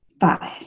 five